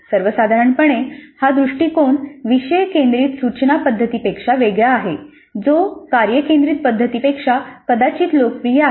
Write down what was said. सर्वसाधारणपणे हा दृष्टिकोन विषय केंद्रित सूचना पद्धतीपेक्षा वेगळा आहे जो कार्य केंद्रित पद्धतीपेक्षा कदाचित लोकप्रिय आहे